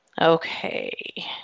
Okay